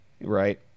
right